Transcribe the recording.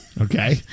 Okay